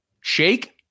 Shake